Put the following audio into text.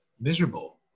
miserable